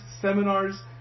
seminars